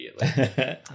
immediately